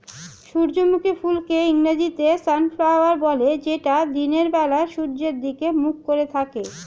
সূর্যমুখী ফুলকে ইংরেজিতে সানফ্লাওয়ার বলে যেটা দিনের বেলা সূর্যের দিকে মুখ করে থাকে